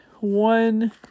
one